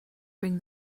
bring